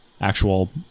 actual